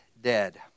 dead